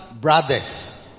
brothers